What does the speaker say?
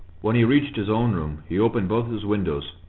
when he reached his own room, he opened both his windows,